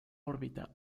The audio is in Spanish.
órbita